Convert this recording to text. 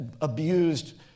abused